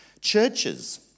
Churches